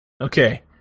Okay